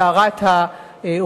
את סערת הרוחות,